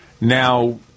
Now